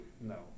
No